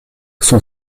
son